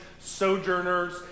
sojourners